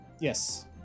Yes